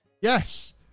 yes